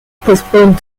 postpone